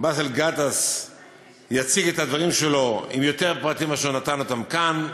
באסל גטאס יציג את הדברים שלו עם יותר פרטים מאשר נתן כאן.